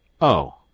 Oh